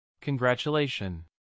Congratulations